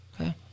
Okay